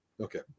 Okay